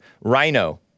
rhino